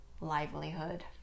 livelihood